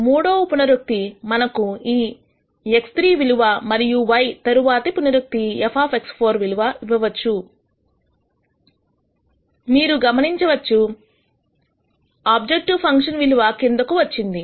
మూడవ పునరుక్తి మనకు ఈ x3 విలువను మరియు y తరువాతి పునరుక్తి f x4 విలువను ఇవ్వవచ్చు మరియు మీరు గమనించవచ్చు ఆబ్జెక్టివ్ ఫంక్షన్ విలువ కిందకు వచ్చింది